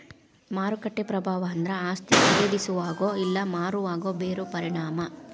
ಮಾರುಕಟ್ಟೆ ಪ್ರಭಾವ ಅಂದ್ರ ಆಸ್ತಿ ಖರೇದಿಸೋವಾಗ ಇಲ್ಲಾ ಮಾರೋವಾಗ ಬೇರೋ ಪರಿಣಾಮ